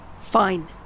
Fine